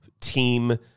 team